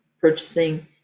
purchasing